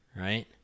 right